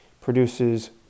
produces